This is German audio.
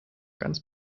ganz